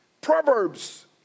Proverbs